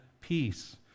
peace